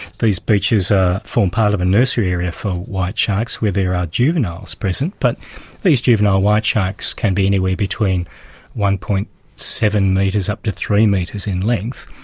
these beaches ah form part of a nursery area for white sharks where there are juveniles present, but these juvenile white sharks can be anywhere between one. seven metres up to three metres in length,